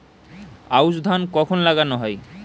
আউশ ধান কখন লাগানো হয়?